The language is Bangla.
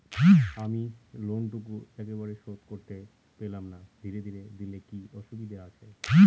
আমি লোনটুকু একবারে শোধ করতে পেলাম না ধীরে ধীরে দিলে কি অসুবিধে আছে?